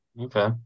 Okay